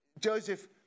Joseph